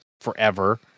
forever